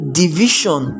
division